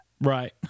Right